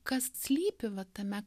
kas slypi va tame